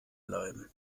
bleiben